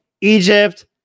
egypt